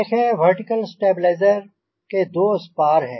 देखें vertical stabiliser के दो स्पार हैं